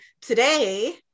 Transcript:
today